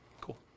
Cool